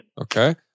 Okay